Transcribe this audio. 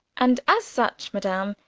and as such, madame,